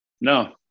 no